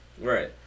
Right